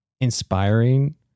inspiring